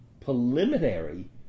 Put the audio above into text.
preliminary